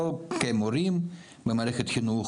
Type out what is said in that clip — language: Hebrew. או כמורים במערכת החינוך,